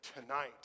tonight